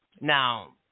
Now